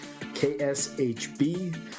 kshb